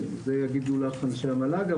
את זה יגידו לך אנשי המל"ג.